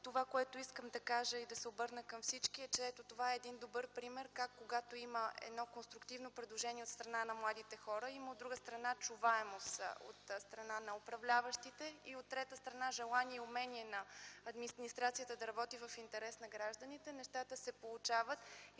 Това, което искам да кажа и да се обърна към всички е, че ето това е един добър пример как, когато има едно конструктивно предложение от страна на младите хора, от друга страна има чуваемост от страна на управляващите, и от трета страна желание и умение на администрацията да работи в интерес на гражданите. Нещата се получават и